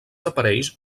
aparells